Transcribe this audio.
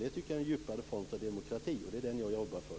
Det tycker jag är en djupare form av demokrati och det är den jag jobbar för.